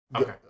Okay